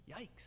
Yikes